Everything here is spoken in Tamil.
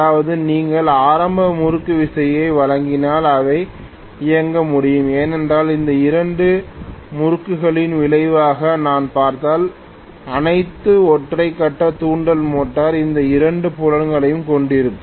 அதாவது நீங்கள் ஒரு ஆரம்ப முறுக்குவிசையை வழங்கினால் அதை இயக்க முடியும் ஏனென்றால் இந்த இரண்டு முறுக்குகளின் விளைவாக நான் பார்த்தால் அனைத்து ஒற்றை கட்ட தூண்டல் மோட்டார் இந்த இரண்டு புலங்களையும் கொண்டிருக்கும்